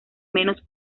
menos